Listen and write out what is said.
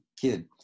kid